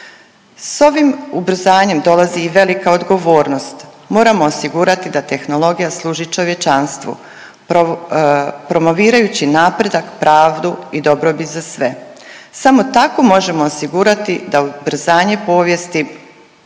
S ovim ubrzanjem dolazi i velika odgovornost, moramo osigurati da tehnologija služi čovječanstvu promovirajući napredak, pravdu i dobrobit za sve samo tako možemo osigurati da ubrzanje povijesti